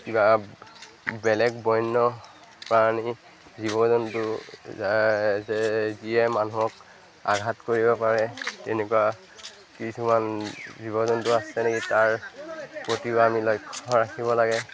কিবা বেলেগ বন্য প্ৰাণী জীৱ জন্তু যিয়ে মানুহক আঘাত কৰিব পাৰে তেনেকুৱা কিছুমান জীৱ জন্তু আছে নেকি তাৰ প্ৰতিও আমি লক্ষ্য ৰাখিব লাগে